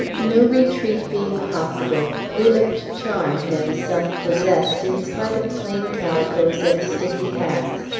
no retreat being possible, we looked charmed and self-possessed in spite of plain calicoes and sticky hands.